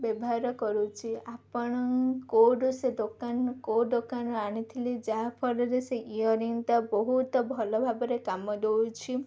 ବ୍ୟବହାର କରୁଛି ଆପଣ କୋଉଠୁ ସେ ଦୋକାନ କୋଉ ଦୋକାନରୁ ଆଣିଥିଲି ଯାହାଫଳରେ ସେ ଇୟରିଙ୍ଗ୍ ଟା ବହୁତ ଭଲ ଭାବରେ କାମ ଦେଉଛି